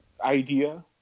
idea